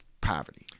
poverty